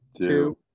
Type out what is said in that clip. two